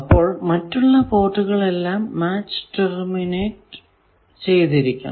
അപ്പോൾ മറ്റുള്ള പോർട്ടുകൾ എല്ലാം മാച്ച് ടെർമിനേറ്റ് ചെയ്തിരിക്കണം